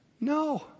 No